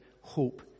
hope